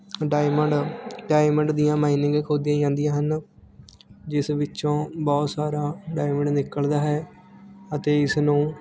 diamond diamond ਦੀਆਂ mining ਖੋਦੀਆਂ ਜਾਂਦੀਆਂ ਹਨ ਜਿਸ ਵਿੱਚੋਂ ਬਹੁਤ ਸਾਰਾ ਡਾਇਮੰਡ ਨਿਕਲਦਾ ਹੈ ਅਤੇ ਇਸ ਨੂੰ